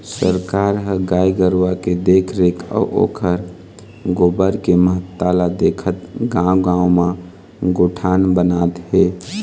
सरकार ह गाय गरुवा के देखरेख अउ ओखर गोबर के महत्ता ल देखत गाँव गाँव म गोठान बनात हे